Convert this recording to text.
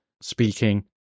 speaking